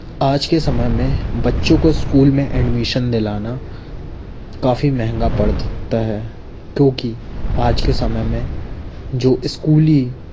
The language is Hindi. आज के समय में बच्चों को स्कूल में एडमिशन दिलाना काफ़ी महंगा पड़ सकता है क्योंकि आज के समय में जो स्कूली